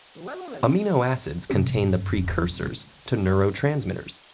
i mean amino acids contain the precursors to neurotransmitters,